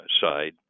side